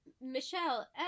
Michelle